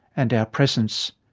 and our presence.